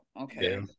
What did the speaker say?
Okay